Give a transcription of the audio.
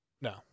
No